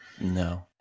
No